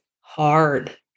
hard